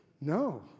no